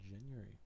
January